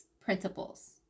principles